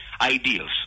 ideals